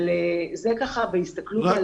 דיברנו על